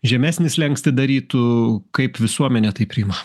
žemesnį slenkstį darytų kaip visuomenė tai priima